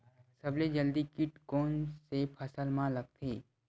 सबले जल्दी कीट कोन से फसल मा लगथे?